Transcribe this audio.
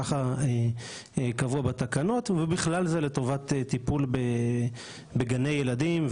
ככה קבוע בתקנות ובכלל זה לטובת טיפול בגני ילדים,